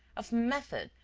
of method,